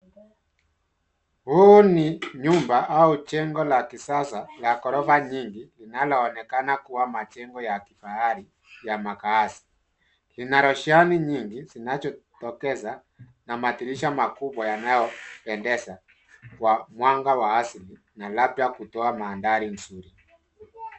Huu ni nyumba au jengo la kisasa la gorofa nyingi linaloonekana kuwa majengo ya kifahari ya makazi. Lina roshani nyingi zinazotokeza na madirisha makubwa yanayopendeza kwa mwanga wa asili na labda kutoa mandhari mzuri.